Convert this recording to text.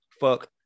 fuck